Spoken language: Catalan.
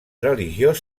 religiós